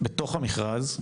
בתוך המשרד,